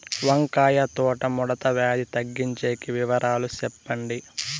వంకాయ తోట ముడత వ్యాధి తగ్గించేకి వివరాలు చెప్పండి?